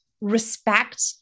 respect